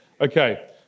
Okay